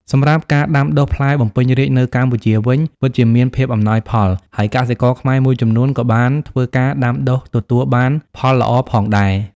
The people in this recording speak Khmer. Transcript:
សម្រាប់ការដាំដុះផ្លែបំពេញរាជនៅកម្ពុជាវិញ ពិតជាមានភាពអំណោយផល ហើយកសិករខ្មែរមួយចំនួនក៏បានធ្វើការដាំដុះទទួលបានផលល្អផងដែរ។